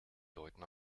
deuten